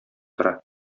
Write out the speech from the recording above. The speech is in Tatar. тора